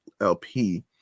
LP